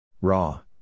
Raw